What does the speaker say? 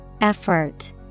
Effort